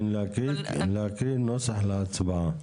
כן, להקריא נוסח להצבעה.